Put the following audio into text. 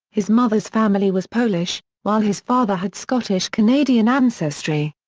his mother's family was polish, while his father had scottish-canadian ancestry.